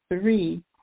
three